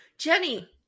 Jenny